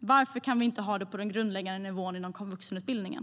Varför kan vi inte ha det på den grundläggande nivån inom vuxenutbildningen?